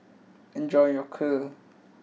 enjoy your Kheer